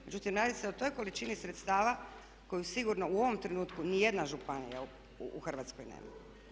Međutim, radi se o toj količini sredstava koju sigurno u ovom trenutku ni jedna županija u Hrvatskoj nema.